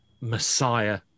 messiah